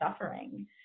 suffering